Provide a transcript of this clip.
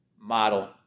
model